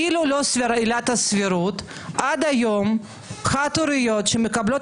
אילולא עילת הסבירות עד היום חד הורית שמקבלות